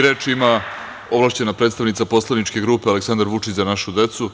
Reč ima ovlašćena predstavnica poslaničke grupe Aleksandar Vučić – Za našu decu,